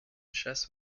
chasse